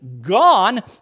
gone